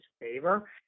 favor